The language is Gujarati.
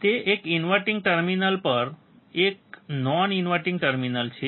તેથી એક ઇનવર્ટીંગ ટર્મિનલ પર છે એક નોન ઇન્વર્ટીંગ ટર્મિનલ છે